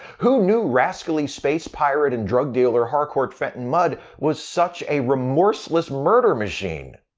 who knew rascally space pirate and drug dealer harcourt fenton mudd was such a remorseless murder machine?